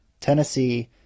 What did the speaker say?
Tennessee